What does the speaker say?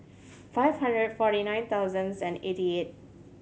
five hundred forty nine thousands and eighty eight